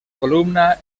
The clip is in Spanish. columna